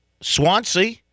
Swansea